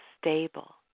stable